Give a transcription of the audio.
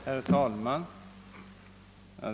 Herr talman!